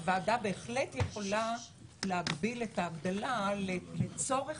הוועדה בהחלט יכולה להגביל את ההגדלה לצורך